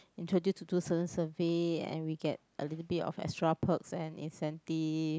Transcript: introduce to do certain survey and we get a little bit of extra perks and incentive